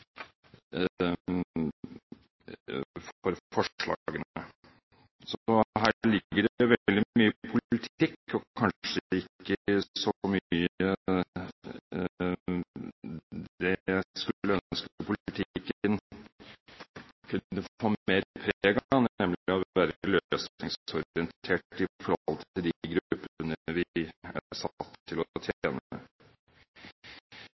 Så her ligger det veldig mye politikk og kanskje ikke så mye av det jeg skulle ønske politikken kunne få mer preg av, nemlig å være løsningsorientert i forhold til de gruppene vi er satt til å